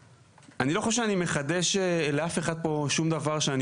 אני לא חושב שאני מחדש לאף אחד פה שום דבר שאני